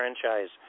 franchise